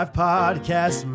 podcast